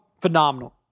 phenomenal